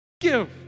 Give